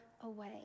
away